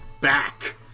back